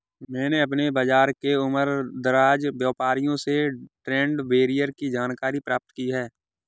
मैंने अपने बाज़ार के उमरदराज व्यापारियों से ट्रेड बैरियर की जानकारी प्राप्त की है